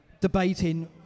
debating